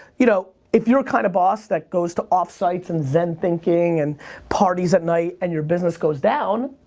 you know, if you're the kind of boss that goes to off sites and zen thinking and parties at night and your business goes down,